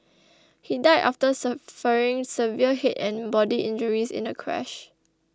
he died after suffering severe head and body injuries in a crash